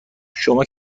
شما